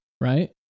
right